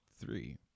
three